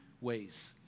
ways